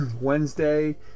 Wednesday